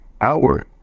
outward